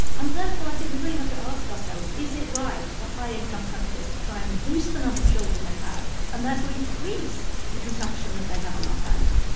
and therefore, i think we really have to ask ourselves, is it right for high-income countries to try and boost the number of children they have and therefore increase the consumption that they have on our planet?